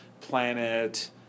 planet